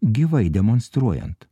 gyvai demonstruojant